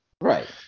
right